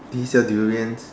did he sell durians